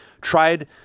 tried